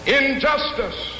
injustice